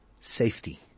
safety